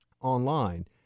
online